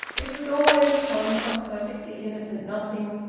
it was always upon some perfectly innocent nothing,